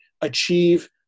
achieve